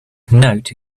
note